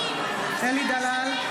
אלי דלל,